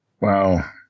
Wow